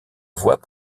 voie